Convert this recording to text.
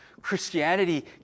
Christianity